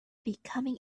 becoming